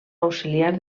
auxiliar